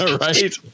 right